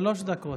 שלוש דקות.